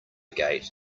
gate